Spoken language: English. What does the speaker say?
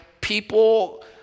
people